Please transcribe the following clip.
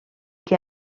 que